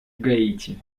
гаити